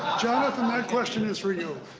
jonathan, that question is for you.